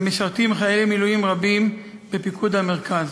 משרתים חיילי מילואים רבים בפיקוד המרכז.